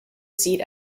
seat